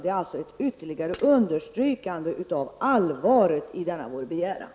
Det är ett ytterligare betonande av allvaret i denna vår begäran.